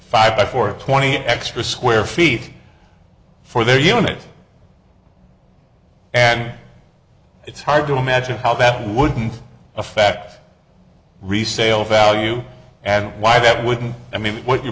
for twenty extra square feet for their unit and it's hard to imagine how that would affect resale value and why that wouldn't i mean what you